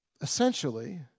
essentially